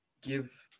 give